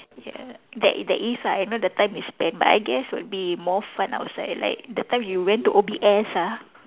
ya there i~ there is ah you know the time we spent but I guess it would be more fun outside like the time you went to O_B_S ah